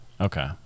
okay